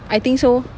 I think so